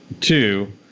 Two